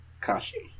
kashi